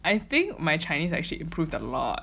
I think my chinese actually improved a lot